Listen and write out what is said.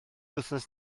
wythnos